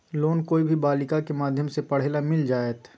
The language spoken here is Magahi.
लोन कोई भी बालिका के माध्यम से पढे ला मिल जायत?